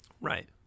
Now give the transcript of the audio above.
right